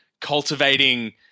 cultivating